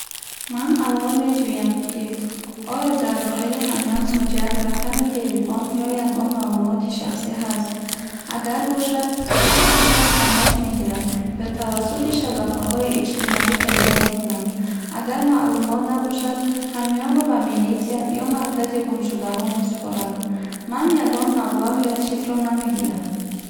Ман аввал меҷӯям, ки оё дар дохили ҳамён ҳуҷҷат, рақами телефон ё ягон маълумоти шахсӣ ҳаст. Агар бошад, бо он шахс тамос мегирам ё тавассути шабакаҳои иҷтимоӣ пайдо мекунам. Агар маълумот набошад, ҳамёнро ба милитсия ё маркази гумшудаҳо месупорам. Ман ягон маблағ ё чизро намегирам.